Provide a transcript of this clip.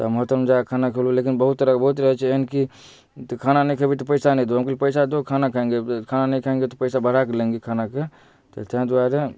तऽ हम होटल मऽ जाकऽ खाना खेलू लेकिन बहुत तरह कऽ बहुत रहै छै एहन की तऽ खाना नै खेबै तऽ पैसा नै देबो हम कहली पैसा दो खाना खाएँगे खाना नहीं खायेंगे तो पैसा बढ़ा के लेंगे खाना के तै दुआरे